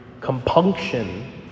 Compunction